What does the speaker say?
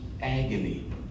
agony